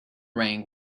rang